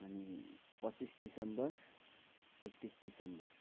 अनि पच्चिस दिसम्बर एक्तिस दिसम्बर